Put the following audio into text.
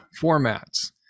formats